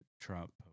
Trump